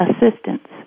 assistance